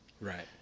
Right